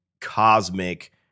cosmic